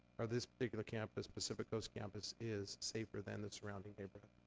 or this big of a campus, pacific coast campus, is safer than the surrounding neighborhood.